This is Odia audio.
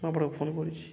ମୁଁ ଆପଣଙ୍କୁ ଫୋନ କରିଛି